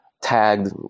tagged